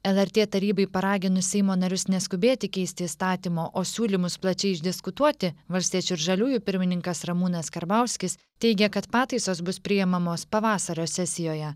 lrt tarybai paraginus seimo narius neskubėti keisti įstatymo o siūlymus plačiai išdiskutuoti valstiečių ir žaliųjų pirmininkas ramūnas karbauskis teigė kad pataisos bus priemamos pavasario sesijoje